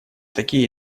такие